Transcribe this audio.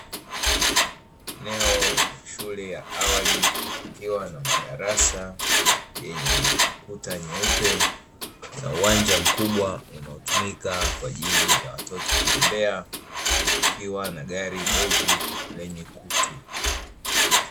Eneo la shule ya awali likiwa na madarasa yenye kuta nyeupe, na uwanja mkubwa unaotumika kwa ajili watoto kubembea, likiwa na gari bovu lenye kutu.